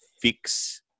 fix